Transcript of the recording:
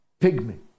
pygmy